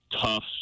tough